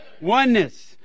Oneness